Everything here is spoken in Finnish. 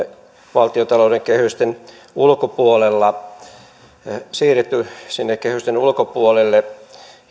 valtiontalouden kehysten ulkopuolella siirretty sinne kehysten ulkopuolelle